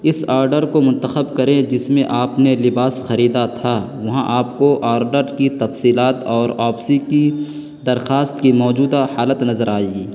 اس order کو منتخب کریں جس میں آپ نے لباس خریدا تھا وہاں آپ کو آرڈر کی تفصیلات اور واپسی کی درخواست کی موجودہ حالت نظر آئے گی